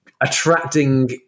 attracting